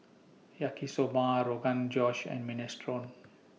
Yaki Soba Rogan Josh and Minestrone